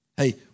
Hey